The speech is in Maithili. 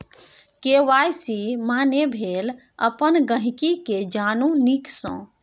के.वाइ.सी माने भेल अपन गांहिकी केँ जानु नीक सँ